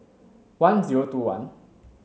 one zero two one